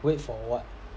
wait for what